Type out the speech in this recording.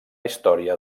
història